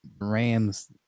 Rams –